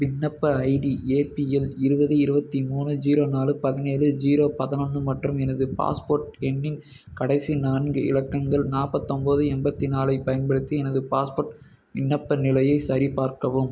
விண்ணப்ப ID APL இருபது இருபத்தி மூணு ஜீரோ நாலு பதினேழு ஜீரோ பதினொன்று மற்றும் எனது பாஸ்போர்ட் எண்ணின் கடைசி நான்கு இலக்கங்கள் நாப்பத்தொம்பது எண்பத்தி நாலைப் பயன்படுத்தி எனது பாஸ்போர்ட் விண்ணப்ப நிலையைச் சரிபார்க்கவும்